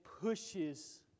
pushes